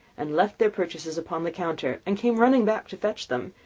and left their purchases upon the counter, and came running back to fetch them,